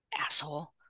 Asshole